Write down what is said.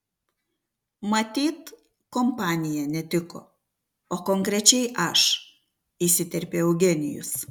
matyt kompanija netiko o konkrečiai aš įsiterpė eugenijus